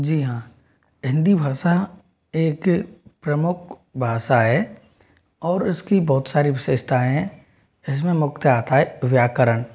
जी हाँ हिंदी भाषा एक प्रमुख भाषा है और उसकी बहुत सारी विशेषताएं इसमें मुख्यतः है व्याकरण